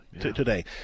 today